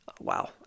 wow